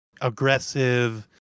aggressive